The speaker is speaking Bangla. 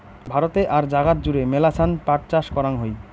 ভারতে আর জাগাত জুড়ে মেলাছান পাট চাষ করাং হই